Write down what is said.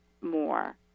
more